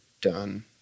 done